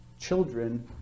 children